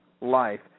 Life